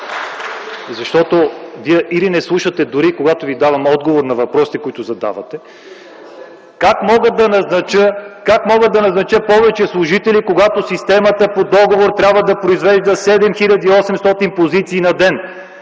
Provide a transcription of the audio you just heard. Защото, вие или не слушате тогава, когато ви давам отговор на въпросите, които задавате... Как мога да назнача повече служители, когато системата по договор трябва да произвежда 7800 позиции на ден.